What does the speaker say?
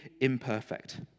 imperfect